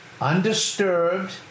undisturbed